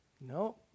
No